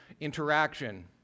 interaction